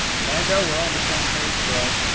lando, we're on the same page bro,